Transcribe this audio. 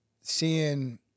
seeing